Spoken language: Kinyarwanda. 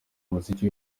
umuziki